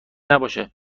نباشه